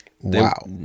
Wow